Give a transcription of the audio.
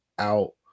out